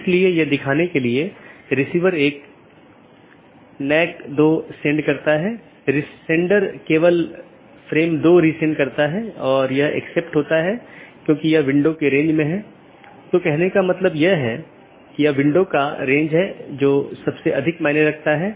इसलिए यदि यह बिना मान्यता प्राप्त वैकल्पिक विशेषता सकर्मक विशेषता है इसका मतलब है यह बिना किसी विश्लेषण के सहकर्मी को प्रेषित किया जा रहा है